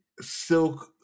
silk